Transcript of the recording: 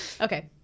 Okay